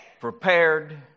prepared